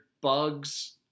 bugs